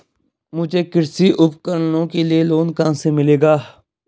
मुझे कृषि उपकरणों के लिए लोन कहाँ से मिलेगा?